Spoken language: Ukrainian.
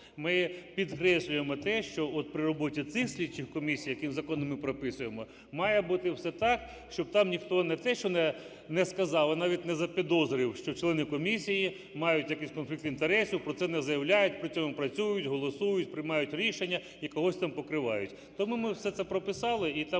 ми підкреслюємо те, що от при роботі цих слідчих комісій, які законом ми прописуємо, має бути все так, щоб там ніхто не те, що не сказав, а навіть не запідозрив, що члени комісії мають якийсь конфлікт інтересів, про це не заявляють, при цьому працюють, голосують, приймають рішення і когось там покривають. Тому ми все це прописали, і там